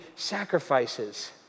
sacrifices